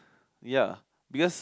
ya because